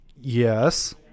Yes